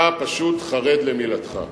אתה פשוט חרד למילתך.